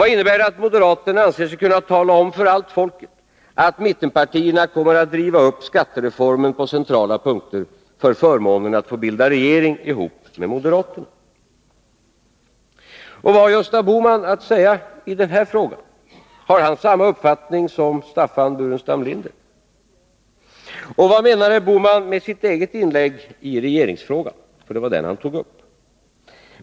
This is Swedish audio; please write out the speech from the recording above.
Vad innebär det att moderaterna anser sig kunna tala om för allt folket att mittenpartierna kommer att riva upp skattereformen på centrala punkter för förmånen att få bilda regering ihop med moderaterna? Vad har Gösta Bohman kunnat säga i den här frågan? Har han samma uppfattning som Staffan Burenstam Linder? Och vad menar herr Bohman med sitt eget inlägg i regeringsfrågan — för det var väl den han tog upp?